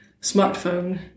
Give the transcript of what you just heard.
smartphone